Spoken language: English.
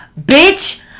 Bitch